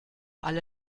alle